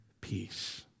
peace